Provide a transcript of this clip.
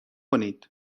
کنید